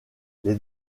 les